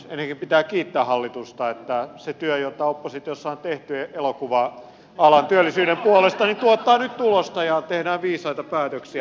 ensinnäkin pitää kiittää hallitusta että se työ jota oppositiossa on tehty elokuva alan työllisyyden puolesta tuottaa nyt tulosta ja tehdään viisaita päätöksiä